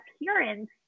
appearance